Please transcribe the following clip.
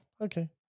Okay